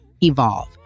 evolve